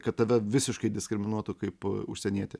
kad tave visiškai diskriminuotų kaip užsienietį